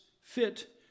fit